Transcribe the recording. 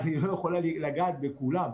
אבל היא לא יכולה לגעת בכולם.